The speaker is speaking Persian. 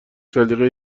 سلیقه